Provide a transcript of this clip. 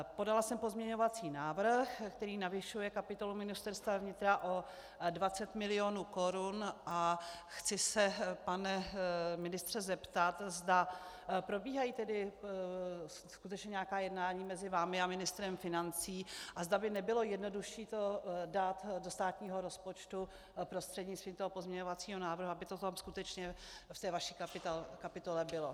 Podala jsem pozměňovací návrh, který navyšuje kapitolu Ministerstva vnitra o 20 mil. korun, a chci se, pane ministře, zeptat, zda probíhají skutečně nějaká jednání mezi vámi a ministrem financí a zda by nebylo jednodušší to dát do státního rozpočtu prostřednictvím toho pozměňovacího návrhu, aby to tam skutečně v té vaší kapitole bylo.